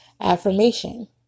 affirmation